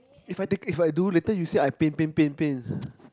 it's like they if I do later you say I pain pain pain pain